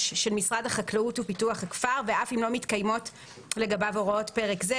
של משרד החקלאות ופיתוח הכפר ואף אם לא מתקיימות לגביו הוראות פרק זה.